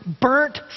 burnt